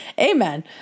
amen